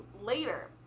later